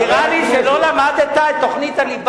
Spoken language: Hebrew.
תתחיל בכלל פיסקלי, עם כל הכבוד.